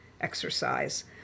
exercise